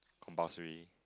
compulsory